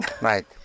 Right